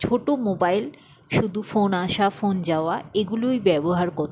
ছোটো মোবাইল শুধু ফোন আসা ফোন যাওয়া এগুলোই ব্যবহার করতাম